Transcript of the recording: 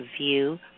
view